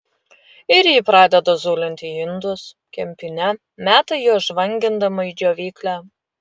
ir ji pradeda zulinti indus kempine meta juos žvangindama į džiovyklę